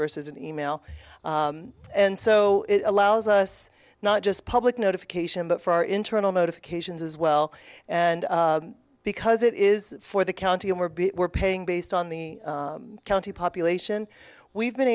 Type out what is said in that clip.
versus an e mail and so it allows us not just public notification but for our internal notifications as well and because it is for the county and we're being we're paying based on the county population we've been